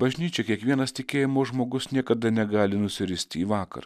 bažnyčioj kiekvienas tikėjimo žmogus niekada negali nusiristi į vakar